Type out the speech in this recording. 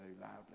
loudly